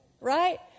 Right